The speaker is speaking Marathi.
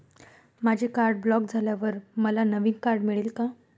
माझे कार्ड ब्लॉक झाल्यावर मला नवीन कार्ड मिळेल का?